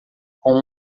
com